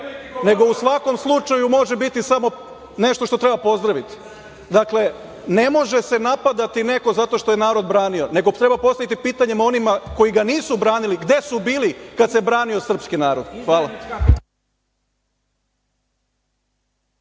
nego u svakom slučaju, može biti samo nešto što treba pozdraviti. Dakle, ne može se napadati neko zato što je narod branio, nego treba postaviti pitanje onima koji ga nisu branili gde su bili kad se branio srpski narod. Hvala.